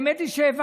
האמת היא שהבנתי